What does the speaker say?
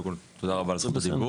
קודם כל תודה רבה על זכות הדיבור,